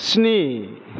स्नि